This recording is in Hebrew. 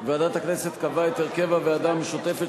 ועדת הכנסת קבעה את הרכב הוועדה המשותפת